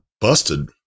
busted